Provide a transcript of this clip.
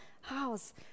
house